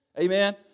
Amen